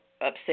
upset